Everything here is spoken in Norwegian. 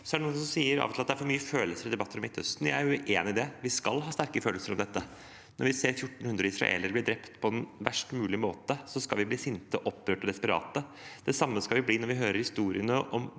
Så er det noen som av og til sier at det er for mye følelser i debatter om Midtøsten. Jeg er uenig i det. Vi skal ha sterke følelser om dette. Når vi ser 1 400 israelere bli drept, på verst mulig måte, skal vi bli sinte, opprørte og desperate. Det samme skal vi bli når vi hører historiene om